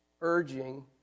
urging